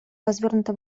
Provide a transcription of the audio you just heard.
развернута